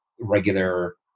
regular